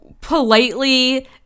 politely